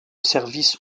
service